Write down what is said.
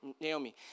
Naomi